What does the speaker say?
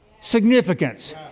significance